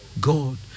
God